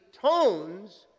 tones